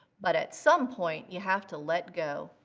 but at some point, you have to let go.